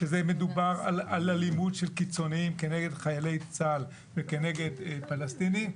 כשמדובר באלימות של קיצונים כנגד חיילי צה"ל וכנגד פלסטינים,